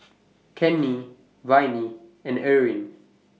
Cannie Viney and Eryn